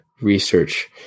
research